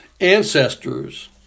ancestors